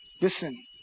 listen